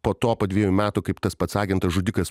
po to po dvejų metų kaip tas pats agentas žudikas